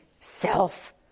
self